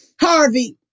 Harvey